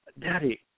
Daddy